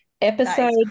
episode